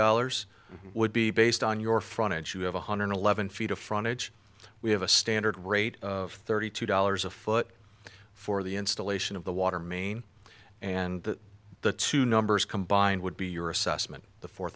dollars would be based on your front end you have one hundred eleven feet of frontage we have a standard rate of thirty two dollars a foot for the installation of the water main and the two numbers combined would be your assessment the four